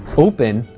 open,